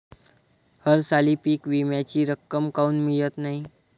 हरसाली पीक विम्याची रक्कम काऊन मियत नाई?